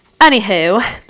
anywho